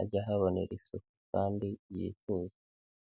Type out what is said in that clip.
ajye ahabonera isuku kandi yifuza.